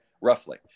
roughly